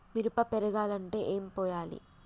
మిరప పెరగాలంటే ఏం పోయాలి?